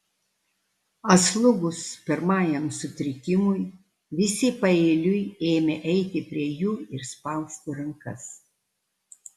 atslūgus pirmajam sutrikimui visi paeiliui ėmė eiti prie jų ir spausti rankas